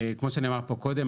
כמו שנאמר פה קודם,